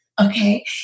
Okay